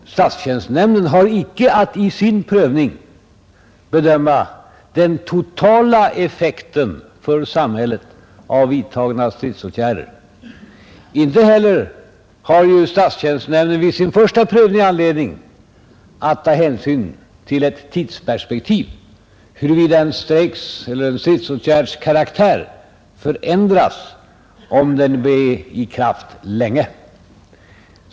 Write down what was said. Statstjänstenämnden har icke att i sin prövning bedöma den totala effekten för samhället av vidtagna stridsågärder. Inte heller har statstjänstenämnden vid sin första prövning anledning att ta hänsyn till ett tidsperspektiv — huruvida en stridsåtgärds karaktär förändras, om den är i kraft länge.